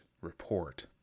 report